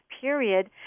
period